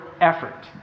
effort